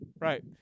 Right